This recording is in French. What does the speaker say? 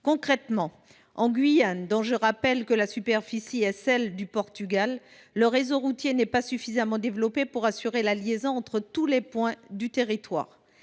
Concrètement, en Guyane, dont je rappelle que la superficie est équivalente à celle du Portugal, le réseau routier n’est pas suffisamment développé pour assurer la liaison entre tous les points du territoire.